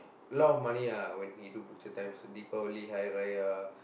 a lot of money ah when he do butcher times people Deepavali Hari-Raya